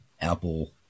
Apple